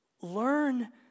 learn